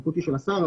הסמכות היא של השר,